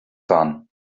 son